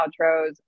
outros